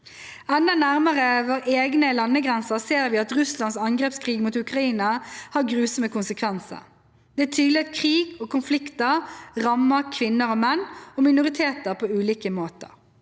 Enda nærmere våre egne landegrenser ser vi at Russlands angrepskrig mot Ukraina har grusomme konsekvenser. Det er tydelig at krig og konflikter rammer kvinner og menn, og minoriteter, på ulike måter.